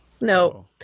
No